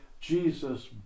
Jesus